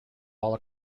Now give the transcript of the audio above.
all